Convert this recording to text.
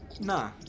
nah